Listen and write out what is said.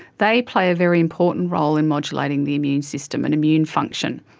they play a very important role in modulating the immune system and immune function.